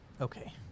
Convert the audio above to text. Okay